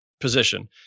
position